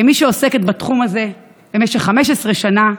כמי שעוסקת בתחום הזה במשך 15 שנה,